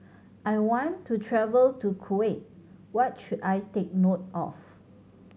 I want to travel to Kuwait what should I take note of